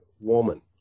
woman